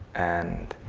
and